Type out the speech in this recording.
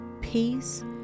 peace